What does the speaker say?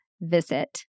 visit